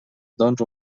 doncs